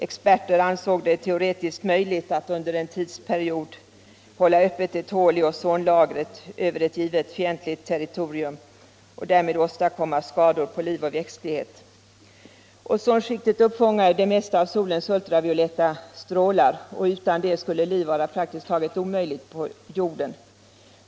Experter ansåg det teoretiskt möjligt att under en tidsperiod hålla 9 10 Öppet eu hål i ozonlagret över ett givet fientligt territorium och därmed ästadkomma skador på liv och växtlighet. Ozonskiktet uppfångar det mesta av solens skadliga ultravioletta strålar, och utan detta skikt skulle liv vara praktiskt taget omöjligt på jorden.